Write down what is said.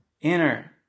inner